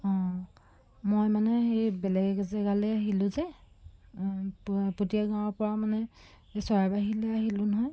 অঁ মই মানে সেই বেলেগ এজেগালৈ আহিলোঁ যে প পতিয়া গাঁৱৰ পৰা মানে এ চৰাইবাহীলৈ আহিলোঁ নহয়